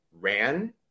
ran